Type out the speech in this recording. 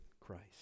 Christ